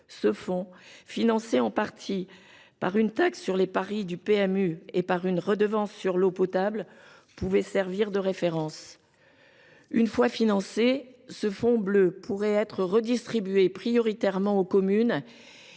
Ce fonds, financé en partie par une taxe sur les paris du PMU et par une redevance sur l’eau potable, pourrait servir de référence. Une fois financé, ce fonds bleu pourrait être redistribué prioritairement aux communes